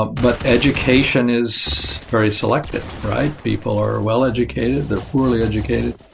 but education is very selective, right? people are well-educated they're poorly educated.